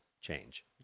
change